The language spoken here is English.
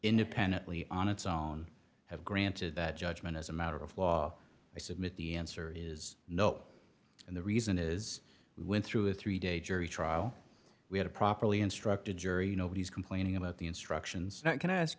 independently on its own have granted that judgment as a matter of law i submit the answer is no and the reason is when through a three day jury trial we had a properly instructed jury nobody's complaining about the instructions